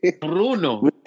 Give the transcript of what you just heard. Bruno